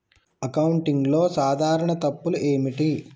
అకౌంటింగ్లో సాధారణ తప్పులు ఏమిటి?